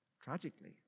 Tragically